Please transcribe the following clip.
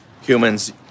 Humans